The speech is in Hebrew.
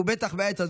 ובטח בעת הזאת,